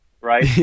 Right